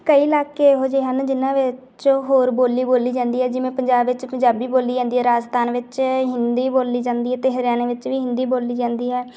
ਕਈ ਇਲਾਕੇ ਇਹੋ ਜਿਹੇ ਹਨ ਜਿਹਨਾਂ ਵਿਚ ਹੋਰ ਬੋਲੀ ਬੋਲੀ ਜਾਂਦੀ ਹੈ ਜਿਵੇਂ ਪੰਜਾਬ ਵਿੱਚ ਪੰਜਾਬੀ ਬੋਲੀ ਜਾਂਦੀ ਹੈ ਰਾਜਸਥਾਨ ਵਿੱਚ ਹਿੰਦੀ ਬੋਲੀ ਜਾਂਦੀ ਹੈ ਅਤੇ ਹਰਿਆਣੇ ਵਿੱਚ ਵੀ ਹਿੰਦੀ ਬੋਲੀ ਜਾਂਦੀ ਹੈ